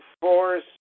force